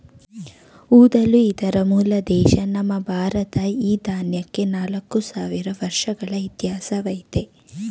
ಊದಲು ಇದರ ಮೂಲ ದೇಶ ನಮ್ಮ ಭಾರತ ಈ ದಾನ್ಯಕ್ಕೆ ನಾಲ್ಕು ಸಾವಿರ ವರ್ಷಗಳ ಇತಿಹಾಸವಯ್ತೆ